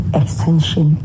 extension